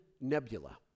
Nebula